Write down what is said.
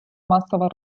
масова